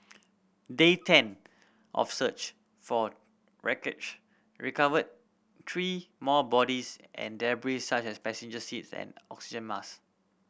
day ten of search for wreckage recovered three more bodies and debris such as passenger seats and oxygen mask